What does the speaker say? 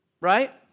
right